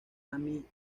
amy